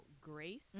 Grace